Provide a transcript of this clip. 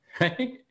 right